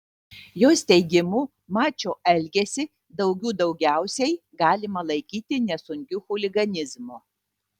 jos teigimu mačio elgesį daugių daugiausiai galima laikyti nesunkiu chuliganizmu